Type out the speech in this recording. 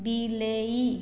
ବିଲେଇ